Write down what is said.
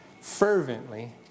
fervently